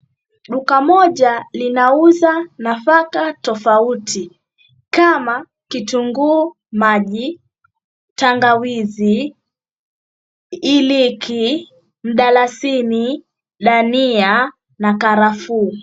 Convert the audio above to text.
Duka moja linauzwa nafaka tofauti kama kitungu, maji , tangawizi, iliki, mdalasini, dania na karafuu.